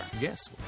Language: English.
Yes